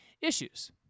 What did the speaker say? issues